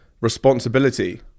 responsibility